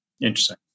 Interesting